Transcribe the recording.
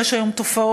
יש היום תופעות,